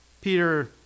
peter